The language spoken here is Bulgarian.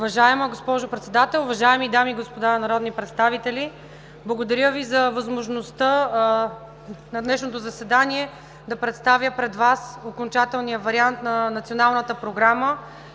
Уважаема госпожо Председател, уважаеми дами и господа народни представители! Благодаря Ви за възможността на днешното заседание да представя пред Вас окончателния вариант на Националната програма